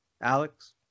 Alex